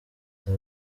www